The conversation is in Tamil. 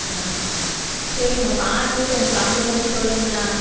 சரிங்கண்ணா பார்த்து கொஞ்சம் கம்மி பண்ணி சொல்லுங்கண்ணா